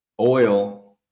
Oil